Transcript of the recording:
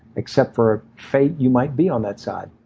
except for fate, you might be on that side.